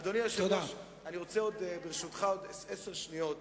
אדוני היושב-ראש, אני רוצה, ברשותך, עוד עשר שניות